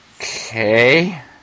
Okay